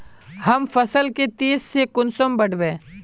हम फसल के तेज से कुंसम बढ़बे?